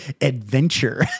adventure